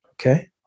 Okay